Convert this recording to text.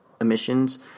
emissions